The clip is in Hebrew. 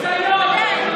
ביזיון.